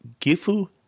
Gifu